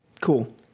Cool